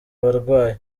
abarwayi